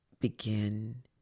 begin